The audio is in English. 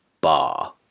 bar